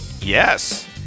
Yes